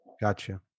Gotcha